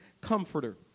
comforter